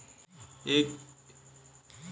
एक एकड़ जमीन तैंतालीस हजार पांच सौ साठ वर्ग फुट होला